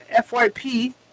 FYP